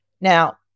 now